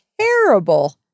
terrible